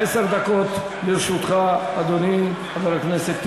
עשר דקות לרשותך, אדוני, חבר הכנסת טיבי.